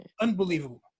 unbelievable